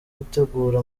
gutegura